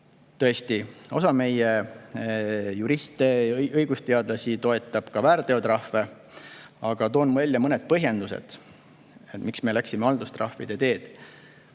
Tõesti, osa meie juriste ja õigusteadlasi toetab ka väärteotrahve. Aga toon välja mõned põhjendused, miks me läksime haldustrahvide teed.